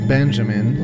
Benjamin